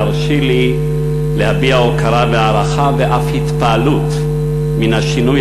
והרשי לי להביע הוקרה והערכה ואף התפעלות מן השינוי